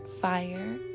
fire